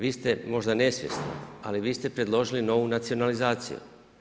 Vi ste možda nesvjesno ali vi ste predložili novu nacionalizaciju.